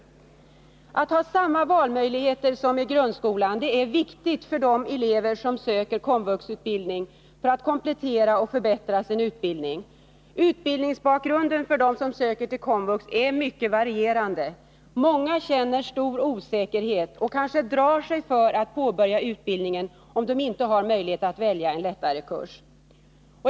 Att ha samma valmöjligheter som i grundskolan är viktigt för de elever som söker KOMVUX-utbildning för att komplettera och förbättra sin utbildning. Utbildningsbakgrunden för dem som söker till KOMVUX är mycket varierande. Många känner stor osäkerhet och drar sig kanske för att påbörja utbildningen om de inte har möjlighet att välja en lättare kurs.